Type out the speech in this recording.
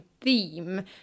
theme